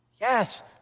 Yes